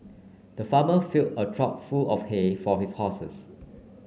the farmer fill a trough full of hay for his horses